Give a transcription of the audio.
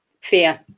fear